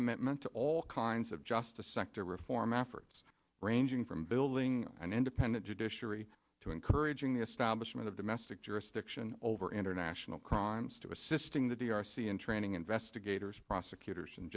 commitment to all kinds of justice sector reform efforts ranging from building an independent judiciary to encouraging the establishment of domestic jurisdiction over international crimes to assisting the d r c in training investigators prosecutors and